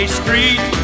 street